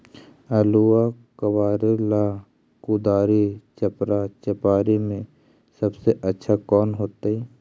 आलुआ कबारेला कुदारी, चपरा, चपारी में से सबसे अच्छा कौन होतई?